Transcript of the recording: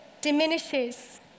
diminishes